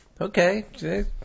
Okay